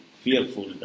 fearful